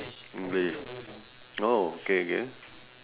english oh okay K